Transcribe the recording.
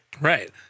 Right